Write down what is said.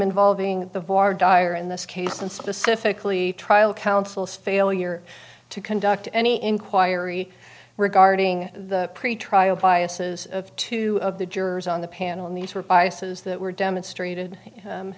involving the valar dire in this case and specifically trial counsel's failure to conduct any inquiry regarding the pretrial biases of two of the jurors on the panel and these were biases that were demonstrated